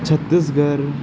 Chhattisgarh